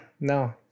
no